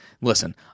Listen